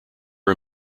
are